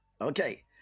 Okay